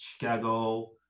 Chicago